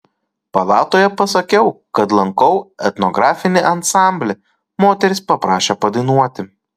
palatoje pasakiau kad lankau etnografinį ansamblį moterys paprašė padainuoti